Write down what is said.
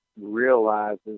realizes